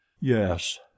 Yes